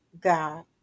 God